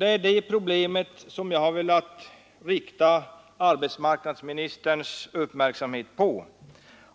Det är det problemet som jag har velat rikta arbetsmarknadsministerns uppmärksamhet på.